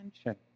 attention